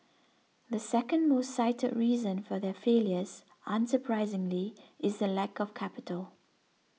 the second most cited reason for their failures unsurprisingly is the lack of capital